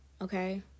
Okay